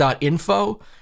Info